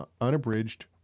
unabridged